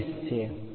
25 છે